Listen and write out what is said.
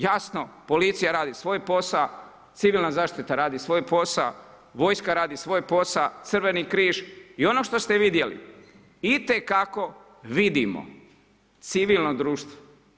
Jasno policija radi svoj posao, civilna radi svoj posao, vojska radi svoj posao, Crveni križ i ono što ste vidjeli itekako vidimo civilno društvo.